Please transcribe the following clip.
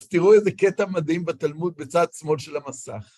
תראו איזה קטע מדהים בתלמוד בצד שמאל של המסך,